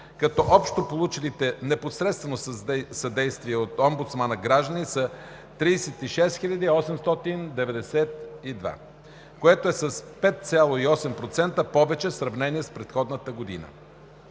като общо получилите непосредствено съдействие от омбудсмана граждани са 36 892, което е с 5,8% повече в сравнение с предходната година.